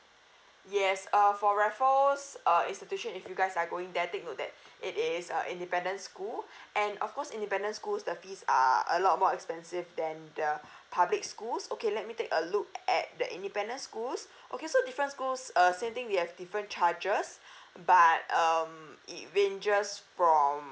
yes uh for raffles uh institution if you guys are going there take note that it is a independent school and of course independent schools the fees are a lot more expensive than the public schools okay let me take a look at the independent schools okay so different schools uh same thing we have different charges but um it ranges from